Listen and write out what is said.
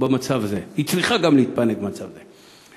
במצב הזה, היא צריכה גם להתפנק במצב הזה.